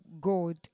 God